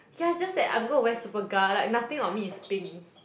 yeah just that I'm going to wear Superga like nothing on me is pink